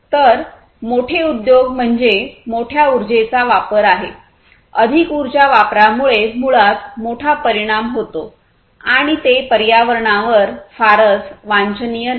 तर मोठे उद्योग म्हणजे मोठ्या ऊर्जेचा वापर आहेअधिक उर्जा वापरामुळे मुळात मोठा परिणाम होतो आणि ते पर्यावरणावर फारच वांछनीय नाही